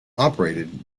operated